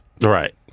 Right